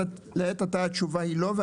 לעת עתה התשובה היא לא.